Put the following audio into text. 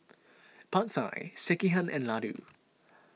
Pad Thai Sekihan and Ladoo